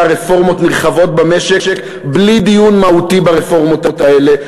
רפורמות נרחבות במשק בלי דיון מהותי ברפורמות האלה,